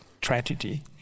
tragedy